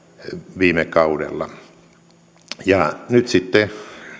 viime kaudella nyt sitten